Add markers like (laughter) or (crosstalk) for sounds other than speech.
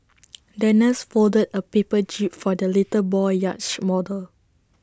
(noise) the nurse folded A paper jib for the little boy's yacht model